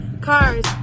Cars